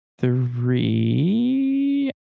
three